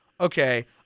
okay